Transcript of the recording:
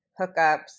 hookups